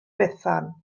bethan